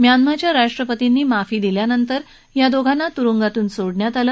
म्यानमांच्या राष्ट्रपतींनी माफी दिल्यानंतर त्या दोघांना तुरुंगातून सोडण्यात आलं